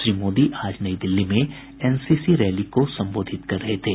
श्री मोदी आज नई दिल्ली में एनसीसी रैली को सम्बोधित कर रहे थे